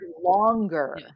longer